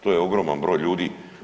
To je ogroman broj ljudi.